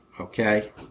okay